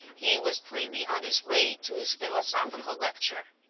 he was plainly on his way to his philosophical lecture.